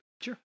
Sure